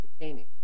entertaining